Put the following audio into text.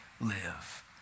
live